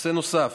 נושא נוסף,